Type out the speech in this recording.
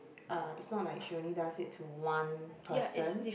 uh it's not like she only does it to one person